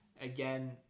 again